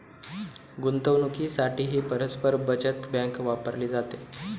गुंतवणुकीसाठीही परस्पर बचत बँक वापरली जाते